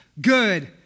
good